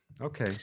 Okay